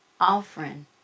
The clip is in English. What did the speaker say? offering